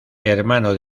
hermano